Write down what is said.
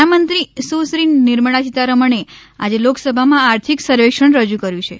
નાણામંત્રી સુશ્રી નિર્મળા સીતારમણે આજે લોકસભામાં આર્થિક સર્વેક્ષણ રજુ કર્યું છે